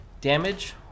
damage